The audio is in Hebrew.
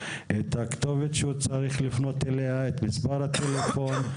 הכתובת שהוא צריך לפנות אליה ומספר הטלפון,